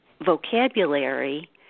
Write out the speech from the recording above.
vocabulary